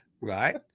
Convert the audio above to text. right